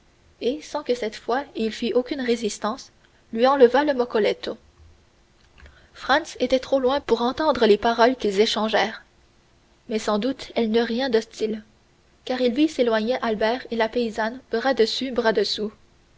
et sans que cette fois il fît aucune résistance lui enleva le moccoletto franz était trop loin pour entendre les paroles qu'ils échangèrent mais sans doute elles n'eurent rien d'hostile car il vit s'éloigner albert et la paysanne bras dessus bras dessous